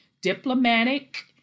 diplomatic